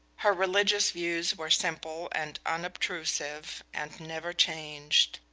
her religious views were simple and unobtrusive, and never changed.